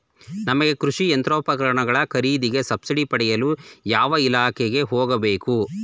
ನಮಗೆ ಕೃಷಿ ಯಂತ್ರೋಪಕರಣಗಳ ಖರೀದಿಗೆ ಸಬ್ಸಿಡಿ ಪಡೆಯಲು ಯಾವ ಇಲಾಖೆಗೆ ಹೋಗಬೇಕು?